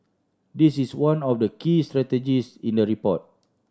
it is one of the key strategies in the report